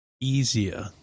easier